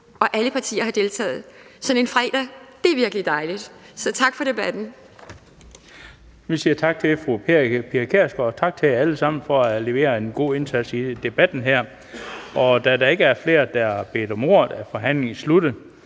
og alle partier har deltaget sådan en fredag. Det er virkelig dejligt. Så tak for debatten. Kl. 14:12 Den fg. formand (Bent Bøgsted): Vi siger tak til fru Pia Kjærsgaard og tak til jer alle sammen for at have leveret en god indsats i debatten her. Da der ikke er flere, der har bedt om ordet, er forhandlingen sluttet.